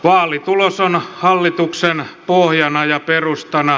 vaalitulos on hallituksen pohjana ja perustana